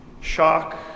shock